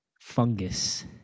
Fungus